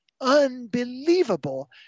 unbelievable